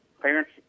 Parents